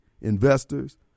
investors